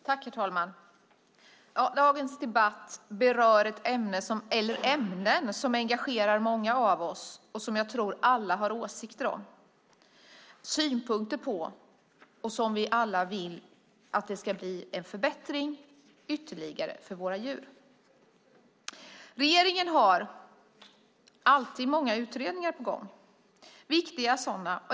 Herr talman! Dagens debatt berör ämnen som engagerar många av oss och som jag tror att alla har åsikter om och synpunkter på. Vi vill alla att det ska bli en ytterligare förbättring för våra djur. Regeringen har alltid många utredningar på gång, viktiga sådana.